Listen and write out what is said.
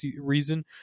reason